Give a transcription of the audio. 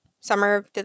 summer